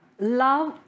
love